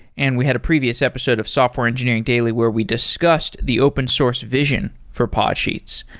and we had a previous episode of software engineering daily where we discussed the open source vision for podsheets.